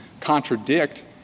contradict